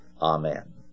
Amen